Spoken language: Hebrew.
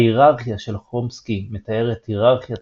ההיררכיה של חומסקי מתארת היררכיית